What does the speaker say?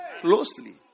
closely